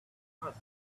trust